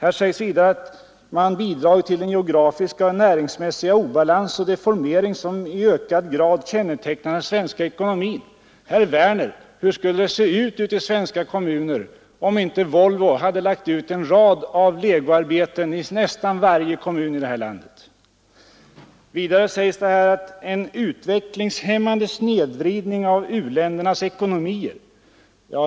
Man säger vidare att kapitalexporten ”bidragit till den geografiska och näringsmässiga obalans och deformering som i hög grad kännetecknar den svenska ekonomin”. Herr Werner, hur skulle det sett ut i svenska kommuner om inte exempelvis Volvo lagt ut en rad legoarbeten i nästan varje kommun här i landet? Vidare talar man om ”en utvecklingshämmande snedvridning” av u-ländernas ekonomier.